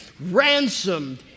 Ransomed